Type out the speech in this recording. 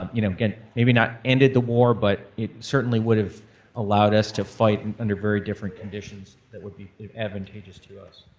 um you know again, maybe not ended the war, but it certainly would have allowed us to fight and under very different conditions that would be advantageous to us.